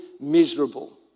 miserable